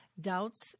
doubts